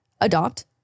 adopt